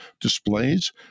displays